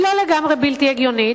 היא לא לגמרי בלתי הגיונית,